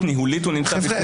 השר.